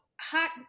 Hot